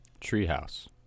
Treehouse